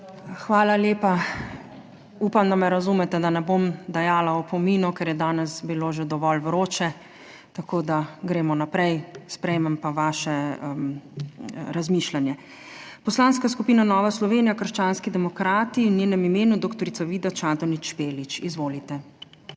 Hvala lepa. Upam, da me razumete, da ne bom dajala opominov, ker je danes bilo že dovolj vroče, tako da gremo naprej. Sprejmem pa vaše razmišljanje. Poslanska skupina Nova Slovenija - krščanski demokrati in v njenem imenu dr. Vida Čadonič Špelič. Izvolite.